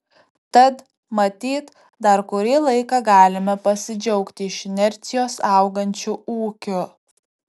tad matyt dar kurį laiką galime pasidžiaugti iš inercijos augančiu ūkiu